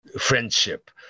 friendship